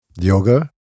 Yoga